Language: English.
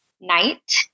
night